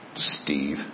Steve